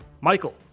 Michael